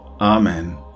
Amen